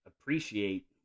appreciate